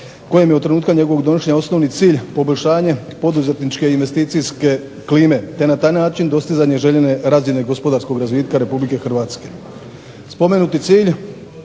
kojem je od trenutka njegovog donošenja osnovni cilj poboljšanje poduzetničke i investicijske klime, te na taj način dostizanje željene razine gospodarskog razvitka Republike Hrvatske. Spomenuti cilj